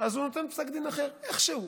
הוא נותן פסק דין אחר, איכשהו.